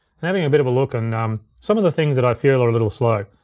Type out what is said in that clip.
and having a bit of a look on some of the things that i feel are a little slow.